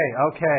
okay